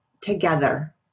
together